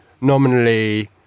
nominally